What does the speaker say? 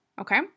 Okay